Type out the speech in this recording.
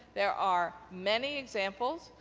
there are many examples,